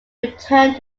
returned